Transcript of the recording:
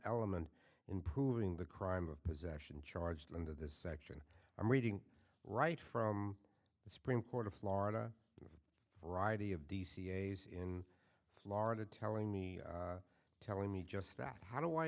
element in proving the crime of possession charged under this section i'm reading right from the supreme court of florida variety of the ca's in florida telling me telling me just that how do i